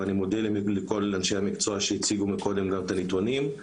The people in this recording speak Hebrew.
ואני מודה לכל אנשי המקצוע שהציגו קודם את הנתונים,